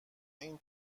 این